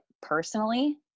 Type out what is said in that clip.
personally